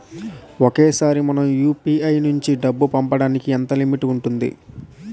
ఒకేసారి మనం యు.పి.ఐ నుంచి డబ్బు పంపడానికి ఎంత లిమిట్ ఉంటుంది?